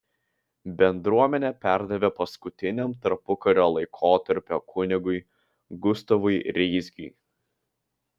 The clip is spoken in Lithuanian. bendruomenę perdavė paskutiniam tarpukario laikotarpio kunigui gustavui reisgiui